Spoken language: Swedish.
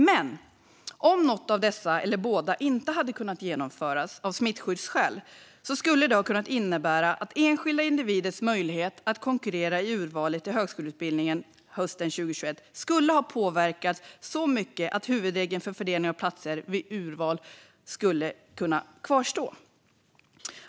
Men om något av eller båda dessa prov inte hade kunnat genomföras av smittskyddsskäl kunde det ha inneburit att enskilda individers möjlighet att konkurrera i urvalet till högskoleutbildningen hösten 2021 hade påverkats så mycket att huvudregeln för fördelning av platser vid urval inte skulle kunna kvarstå.